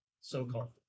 so-called